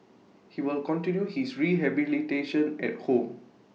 he will continue his rehabilitation at home